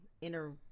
inner